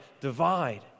divide